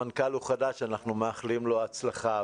המנכ"ל הוא חדש ואנחנו מאחלים לו הצלחה.